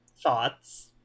thoughts